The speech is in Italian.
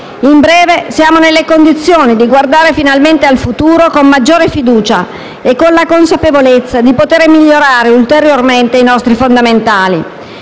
In breve, siamo nelle condizioni di guardare finalmente al futuro con maggiore fiducia e con la consapevolezza di poter migliorare ulteriormente i nostri fondamentali.